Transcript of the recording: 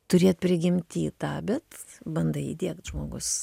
turėt prigimty tą bet bandai įdiegt žmogus